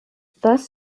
thus